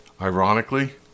ironically